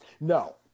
No